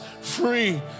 free